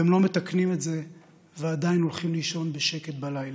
והם לא מתקנים את זה ועדיין הולכים לישון בשקט בלילה.